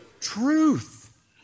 truth